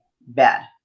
bad